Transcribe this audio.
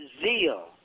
zeal